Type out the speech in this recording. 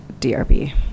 DRB